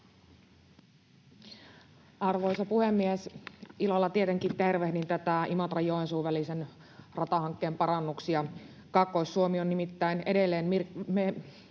Arvoisa puhemies! Ilolla tietenkin tervehdin Imatra—Joensuu-välisen ratahankkeen parannuksia, Kaakkois-Suomi on nimittäin edelleen